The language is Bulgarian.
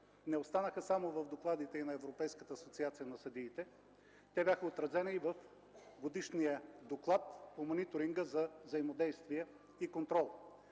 не останаха само в докладите и на Европейската асоциация на съдиите, те бяха отразени и в Годишния доклад по мониторинга за взаимодействие и контрол.